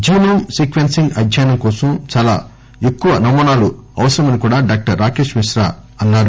genome sequencing అధ్యయనం కోసం చాలా ఎక్కువ నమూనాలు అవసరమని కూడా డాక్టర్ రాకేష్ మిత్రా అన్నారు